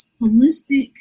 holistic